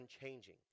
unchanging